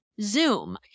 Zoom